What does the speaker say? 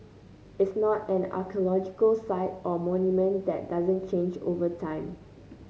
its not an archaeological site or monument that doesn't change over time